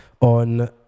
on